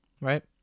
right